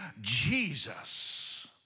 Jesus